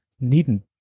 needn't